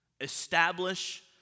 Establish